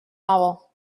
novel